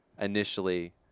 initially